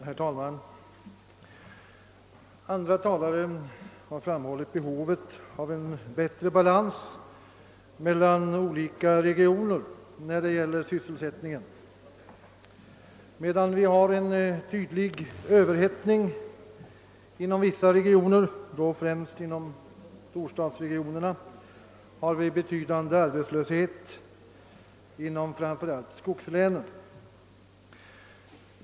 Herr talman! Andra talare har när det gäller sysselsättningen framhållit behovet av en bättre balans mellan olika regioner. Medan vi har en tydlig överhettning inom vissa regioner, främst inom storstadsregionerna, har vi betydande arbetslöshet inom framför allt skogslänen.